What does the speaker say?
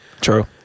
True